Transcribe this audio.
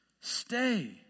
Stay